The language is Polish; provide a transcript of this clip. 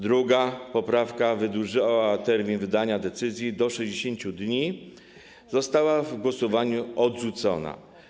Druga poprawka, która wydłużała termin wydania decyzji do 60 dni, została w głosowaniu odrzucona.